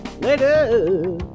later